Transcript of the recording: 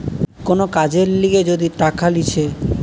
কোন কাজের লিগে যদি টাকা লিছে